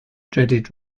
dreaded